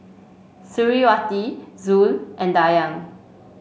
Suriawati Zul and Dayang